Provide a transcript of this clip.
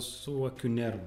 suvokiu nervų